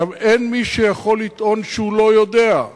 אין מי שיכול לטעון שהוא לא יודע,